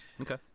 Okay